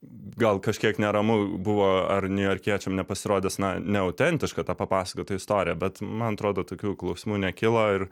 gal kažkiek neramu buvo ar niujorkiečiam nepasirodys na neautentiška ta papasakota istorija bet man atrodo tokių klausimų nekilo ir